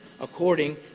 according